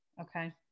Okay